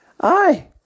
aye